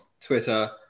twitter